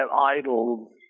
idols